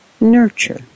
nurture